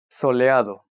soleado